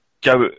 go